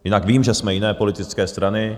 Jinak vím, že jsme jiné politické strany.